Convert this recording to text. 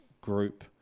group